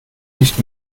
nicht